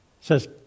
says